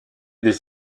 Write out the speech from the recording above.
des